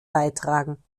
beitragen